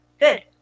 Good